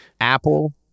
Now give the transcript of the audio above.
Apple